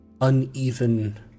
uneven